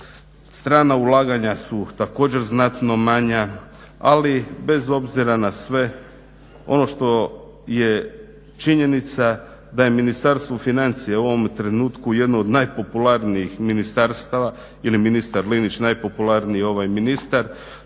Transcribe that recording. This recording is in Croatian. Strana ulaganja su također znatno manja. Ali bez obzira na sve ono što je činjenica je Ministarstvo financija u ovome trenutku jedno od najpopularnijih ministarstava, ili ministar Linić najpopularniji ministar.